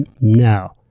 no